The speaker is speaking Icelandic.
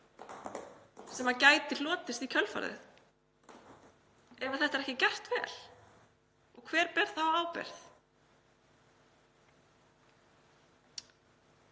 sem gæti orðið í kjölfarið ef þetta er ekki gert vel. Og hver ber þá ábyrgð?